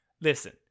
Listen